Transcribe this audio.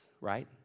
right